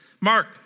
Mark